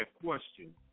question